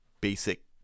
basic